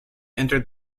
entered